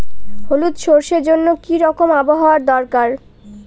হলুদ সরষে জন্য কি রকম আবহাওয়ার দরকার?